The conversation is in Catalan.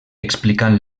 explicant